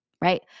right